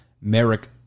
Merrick